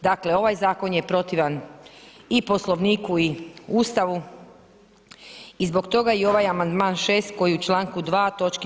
Dakle, ovaj zakon je protivan i Poslovniku i Ustavu i zbog toga i ovaj amandman 6. koji u čl. 2. toč.